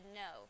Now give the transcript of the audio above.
no